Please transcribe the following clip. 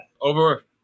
Over